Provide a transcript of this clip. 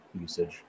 usage